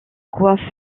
quoi